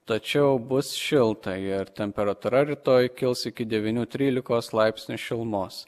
tačiau bus šilta ir temperatūra rytoj kils iki devynių trylikos laipsnių šilumos